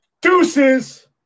Deuces